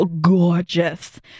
gorgeous